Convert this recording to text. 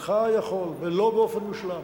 אינך יכול, ולא באופן מושלם.